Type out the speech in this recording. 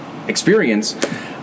experience